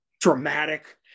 dramatic